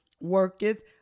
worketh